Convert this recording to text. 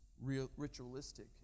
ritualistic